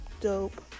dope